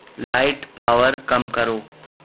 light power کم کرو